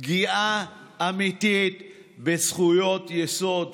פגיעה אמיתית בזכויות יסוד,